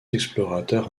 explorateurs